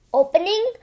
opening